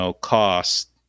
cost